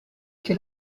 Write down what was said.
que